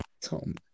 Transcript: Tom